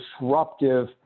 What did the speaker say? disruptive